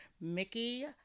Mickey